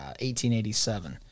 1887